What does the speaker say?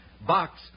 Box